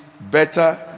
better